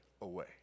away